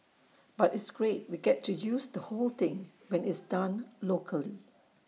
but it's great we get to use the whole thing when it's done locally